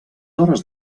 hores